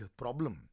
problem